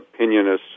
opinionists